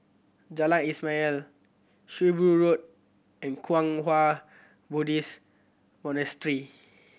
Jalan Ismail Shrewsbury Road and Kwang Hua Buddhist Monastery